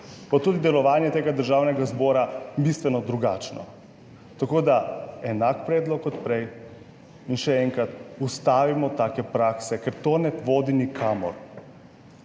bo tudi delovanje tega državnega zbora bistveno drugačno. Tako da enak predlog kot prej in še enkrat, ustavimo take prakse, ker to ne vodi nikamor.